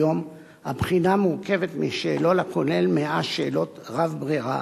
כיום הבחינה מורכבת משאלון הכולל 100 שאלות רב-ברירה,